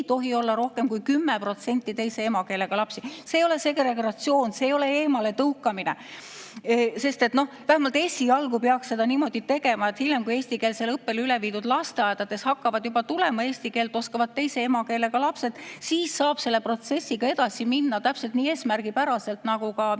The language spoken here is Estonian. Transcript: tohi olla rohkem kui 10% teise emakeelega lapsi. See ei ole segregatsioon, see ei ole eemaletõukamine. Vähemalt esialgu peaks seda niimoodi tegema. Hiljem, kui eestikeelsele õppele üle viidud lasteaedades hakkavad juba tulema eesti keelt oskavad teise emakeelega lapsed, siis saab selle protsessiga edasi minna eesmärgipäraselt,